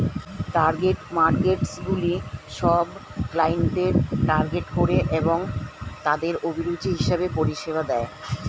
target মার্কেটসগুলি সব ক্লায়েন্টদের টার্গেট করে এবং তাদের অভিরুচি হিসেবে পরিষেবা দেয়